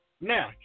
Now